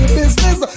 business